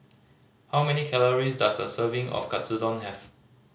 how many calories does a serving of Katsudon have